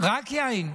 יין.